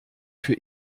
für